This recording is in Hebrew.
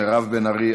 מירב בן ארי,